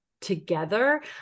together